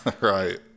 Right